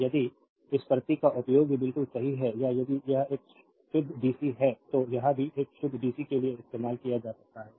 तो यदि इस प्रतीक का उपयोग भी बिल्कुल सही है या यदि यह एक शुद्ध डीसी है तो यह भी एक शुद्ध डीसी के लिए इस्तेमाल किया जा सकता है